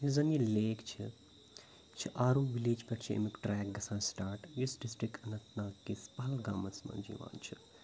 یُس زَن یہِ لیک چھ یہِ چھُ آروٗ وِلیج پٮ۪ٹھ چھُ اَمیُک ٹِرٛیک گَژھان یُس ڈِسٹِک اننت ناگ کِس پَہلگامَس منٛز یِوان چھُ